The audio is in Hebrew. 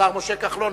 השר משה כחלון.